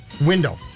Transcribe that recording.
window